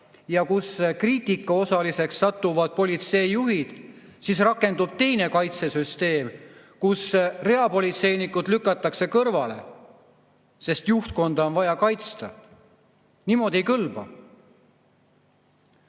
ja kui kriitika osaliseks satuvad politseijuhid, siis rakendub teine kaitsesüsteem, kus reapolitseinikud lükatakse kõrvale, sest juhtkonda on vaja kaitsta. Niimoodi ei kõlba.